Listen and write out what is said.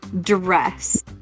dress